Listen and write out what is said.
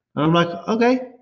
i'm like, okay.